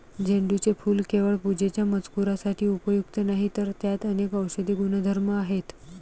झेंडूचे फूल केवळ पूजेच्या मजकुरासाठी उपयुक्त नाही, तर त्यात अनेक औषधी गुणधर्म आहेत